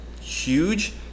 huge